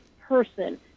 person